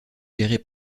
gérée